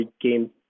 game